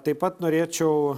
taip pat norėčiau